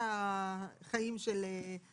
בווסטים הישראלים עוד לא מכירים ואז החבר'ה